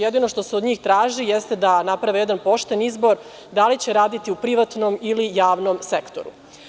Jedino što se od njih traži jeste da naprave jedan pošten izbor da li će raditi u privatnom ili javnom sektoru.